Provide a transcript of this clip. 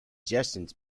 suggestions